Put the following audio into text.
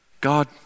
God